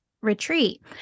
retreat